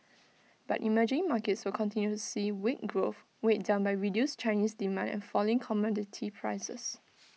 but emerging markets will continue to see weak growth weighed down by reduced Chinese demand and falling commodity prices